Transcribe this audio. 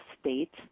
state